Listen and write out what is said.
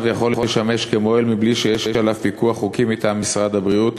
יכול לשמש מוהל מבלי שיש עליו פיקוח חוקי מטעם משרד הבריאות,